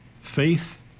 Faith